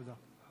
תודה.